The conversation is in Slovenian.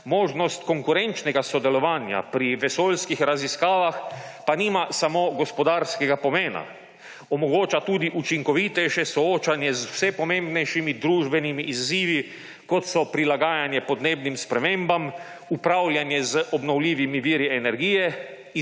Možnost konkurenčnega sodelovanja pri vesoljskih raziskavah pa nima samo gospodarskega pomena. Omogoča tudi učinkovitejše soočanje z vsemi pomembnejšimi družbenimi izzivi, kot so prilaganje podnebnim spremembam, upravljanje z obnovljivimi viri energije,